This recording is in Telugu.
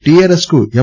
టీఆర్ఎస్ కు ఎం